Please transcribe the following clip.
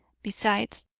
besides,